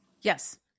Yes